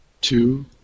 Two